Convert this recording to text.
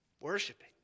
Worshiping